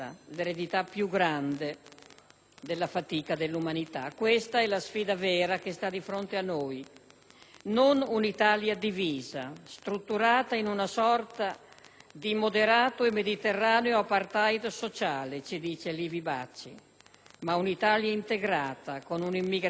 della fatica dell'umanità. Questa è la sfida vera che sta di fronte a noi: non una Italia divisa, strutturata in una sorta di moderato e mediterraneo *apartheid* sociale, ci dice Livi Bacci, ma un'Italia integrata, con un'immigrazione di insediamento,